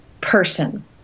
person